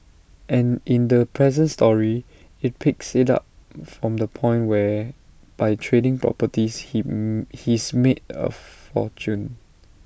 and in the present story IT picks IT up from the point where by trading properties him he's made A fortune